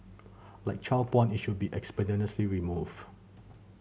like child porn it should be expeditiously removed